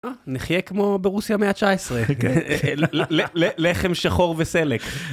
נחיה כמו ברוסיה מאה ה-19, לחם שחור וסלק.